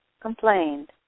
complained